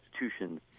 institutions